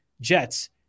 Jets